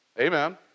Amen